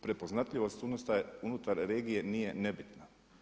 Prepoznatljivost unutar regije nije nebitna.